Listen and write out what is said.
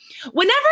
Whenever